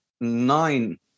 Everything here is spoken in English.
nine